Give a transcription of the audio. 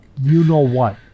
you-know-what